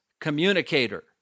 communicator